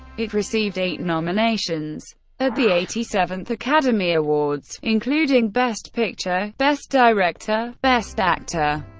it received eight nominations at the eighty seventh academy awards, including best picture, best director, best actor,